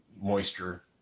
moisture